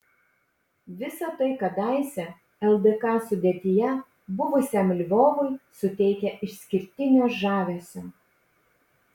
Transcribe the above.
visa tai kadaise ldk sudėtyje buvusiam lvovui suteikia išskirtinio žavesio